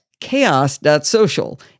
chaos.social